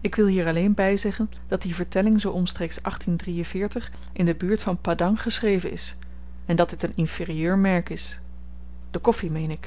ik wil hier alleen byzeggen dat die vertelling zoo omstreeks in de buurt van padang geschreven is en dat dit een inferieur merk is de koffi meen